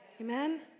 amen